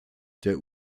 der